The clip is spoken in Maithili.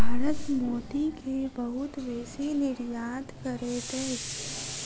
भारत मोती के बहुत बेसी निर्यात करैत अछि